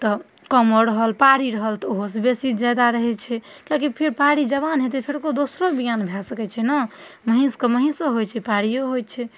तऽ कमो रहल पारी रहल तऽ ओहो सँ बेसी जादा रहै छै किएकि फेर पारी जवान हेतै फेर ओकर दोसरो बियान भए सकै छै ने महीषके महीषो होइ छै पारियो होइ छै